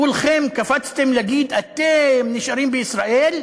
כולכם קפצתם להגיד שאתם נשארים בישראל,